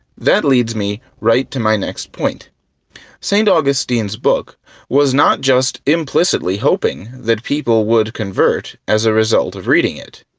that leads me right to my next point st. augustine's book was not just implicitly hoping that people would convert as a result of reading it.